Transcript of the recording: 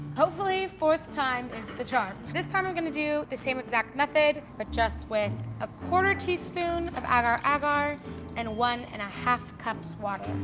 hopefully forth time is the charm. this time i'm gonna do the same exact method but just with a quarter teaspoon of agar agar and one and a half cups water.